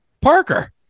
Parker